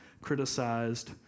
criticized